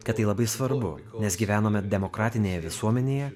kad tai labai svarbu nes gyvenome demokratinėje visuomenėje